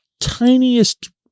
tiniest